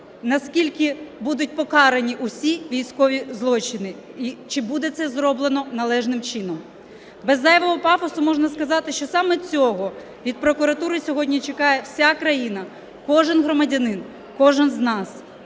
наскільки будуть покарні усі військові злочини і чи буде це зроблено належним чином. Без зайвого пафосу можна сказати, що саме цього від прокуратури сьогодні чекає вся країна, кожен громадянин, кожен з нас.